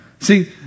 See